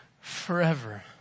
forever